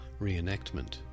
reenactment